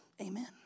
Amen